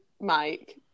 Mike